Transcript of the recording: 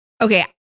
Okay